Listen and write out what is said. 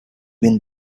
been